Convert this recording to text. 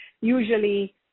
usually